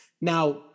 Now